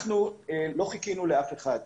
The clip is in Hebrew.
לא חיכינו לאף אחד,